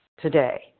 today